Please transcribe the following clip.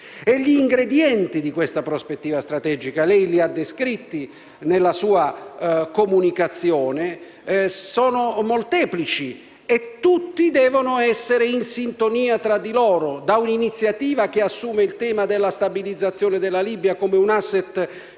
Gli ingredienti di questa prospettiva strategica - lei li ha descritti nella sua comunicazione - sono molteplici e tutti devono essere in sintonia tra di loro, a partire da un'iniziativa che assume il tema della stabilizzazione della Libia come *asset* centrale.